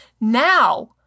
Now